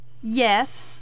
Yes